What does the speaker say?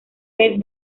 pez